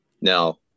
Now